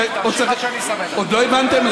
עוד לא הבנתם?